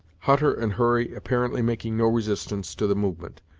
hutter and hurry apparently making no resistance to the movement.